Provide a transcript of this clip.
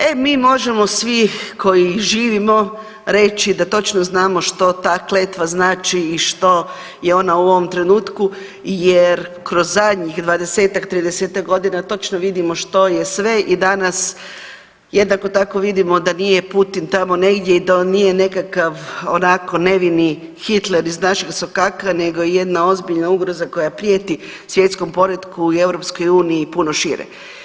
E mi možemo svi koji živimo reći da točno znamo što ta kletva znači i što je ona u ovom trenutku jer kroz zadnjih 20-30 godina točno vidimo što je sve i danas jednako tako vidimo da nije Putin tamo negdje i da on nije nekakav onako nevini Hitler iz našeg sokaka nego je jedna ozbiljna ugroza koja prijeti svjetskom poretku i EU puno šire.